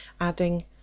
Adding